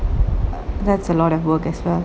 that's a lot of work as well